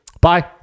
Bye